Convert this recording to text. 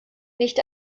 nicht